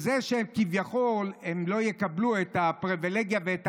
זה שכביכול הם לא יקבלו את הפריבילגיה ואת